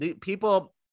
people